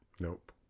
nope